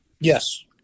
Yes